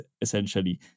essentially